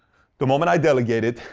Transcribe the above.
the moment i delegated,